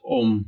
om